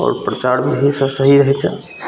आओर प्रचार भी ओहिसे सही होइ छै